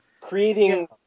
creating